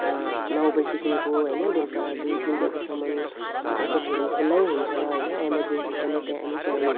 नौ बजेदेखिको होइन बेलुका दुई तिन बजेसम्म ओपिडीहरू नि खुल्लै हुन्छ होइन इमर्जेन्सी पनि त्यहाँ एनी टाइम